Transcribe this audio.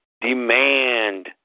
demand